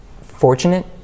fortunate